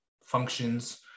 functions